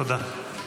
תודה.